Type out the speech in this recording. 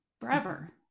forever